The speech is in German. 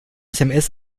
sms